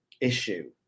issue